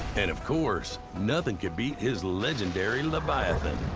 and of course, nothing could beat his legendary leviathan.